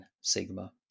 sigma